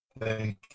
thank